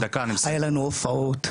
היה לנו הופעות,